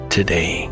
Today